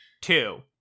Two